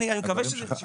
אני מקווה בשבילך.